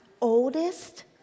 oldest